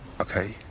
Okay